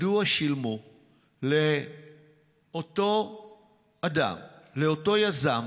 מדוע שילמו לאותו אדם, לאותו יזם,